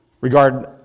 Regard